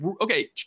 okay